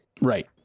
Right